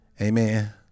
amen